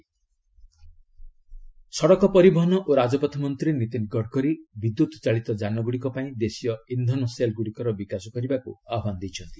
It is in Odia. ଗଡ଼କରୀ ଇଣ୍ଡିକେନସ୍ ଫୁଏଲ୍ ସଡ଼କ ପରିବହନ ଓ ରାଜପଥ ମନ୍ତ୍ରୀ ନୀତିନ ଗଡ଼କରୀ ବିଦ୍ୟୁତ୍ ଚାଳିତ ଜାନ ଗୁଡ଼ିକ ପାଇଁ ଦେଶୀୟ ଇନ୍ଧନ ସେଲ୍ ଗୁଡ଼ିକର ବିକାଶ କରିବାକୁ ଆହ୍ପାନ ଦେଇଛନ୍ତି